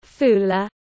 Fula